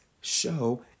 show